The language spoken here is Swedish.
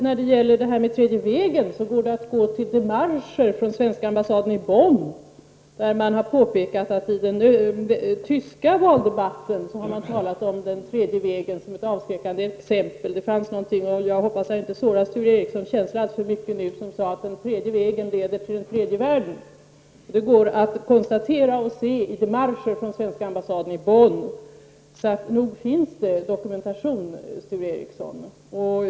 När det gäller det här med tredje vägen kan Sture Ericson studera démarcher från svenska ambassaden i Bonn, där det påpekas att man i den tyska valdebatten har talat om den tredje vägen som ett avskräckande exempel. Jag hoppas att jag inte sårar Sture Ericsons känslor alltför mycket nu, men det var någon som sade att den tredje vägen leder till den tredje världen. Detta går att se i démarcher från svenska ambassaden i Bonn. Så nog finns det dokumentation, Sture Ericson.